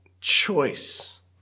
choice